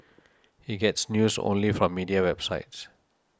he gets news only from media websites